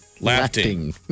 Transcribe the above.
laughing